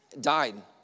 died